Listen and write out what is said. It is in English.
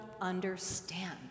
understand